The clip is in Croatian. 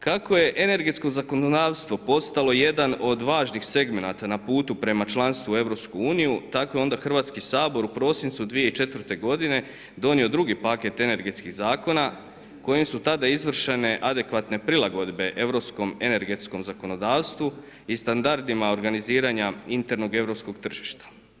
Kako je energetsko zakonodavstvo postalo jedan od važnih segmenata na putu prema članstvu u EU tako je onda Hrvatski sabor u prosincu 2004. godine donio drugi paket energetskih zakona kojim su tada izvršene adekvatne prilagodbe europskom energetskom zakonodavstvu i standardima organiziranja internog europskog tržišta.